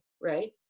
right